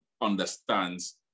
understands